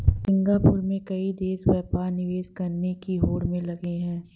Singapore में कई देश व्यापार निवेश करने की होड़ में लगे हैं